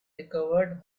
recovered